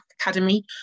academy